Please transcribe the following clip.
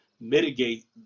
mitigate